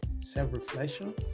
self-reflection